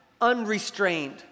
unrestrained